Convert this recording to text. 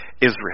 Israel